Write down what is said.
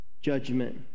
judgment